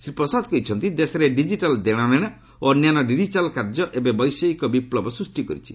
ଶ୍ରୀ ପ୍ରସାଦ କହିଛନ୍ତି ଦେଶରେ ଡିକିଟାଲ୍ ଦେଶନେଣ ଓ ଅନ୍ୟାନ୍ୟ ଡିଜିଟାଲ୍ କାର୍ଯ୍ୟ ଏବେ ବୈଷୟିକ ବିପ୍ଳବ ସୃଷ୍ଟି କରିଛି